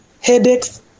headaches